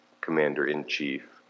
Commander-in-Chief